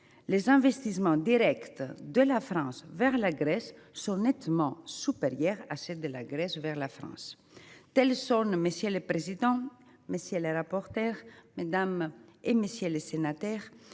les investissements directs de la France vers la Grèce sont nettement supérieurs à ceux de la Grèce vers la France. Telles sont, monsieur le président, monsieur le rapporteur, mesdames, messieurs les sénateurs,